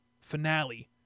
finale